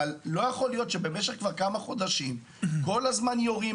אבל לא יכול להיות שבמשך כבר כמה חודשים כל הזמן יורים,